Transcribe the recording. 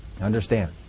Understand